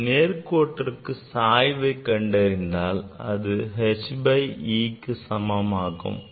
அந்த நேர் கோட்டிற்கு சாய்வை கண்டறிந்தால் அது h by eக்கு சமமாகும்